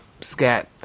Scat